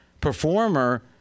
performer